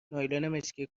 مشکی